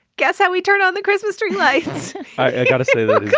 guess how we turned on the christmas tree lights i gotta say like yeah